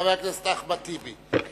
חבר הכנסת אחמד טיבי,